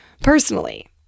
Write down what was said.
personally